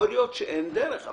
יכול להיות שאין דרך.